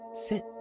sit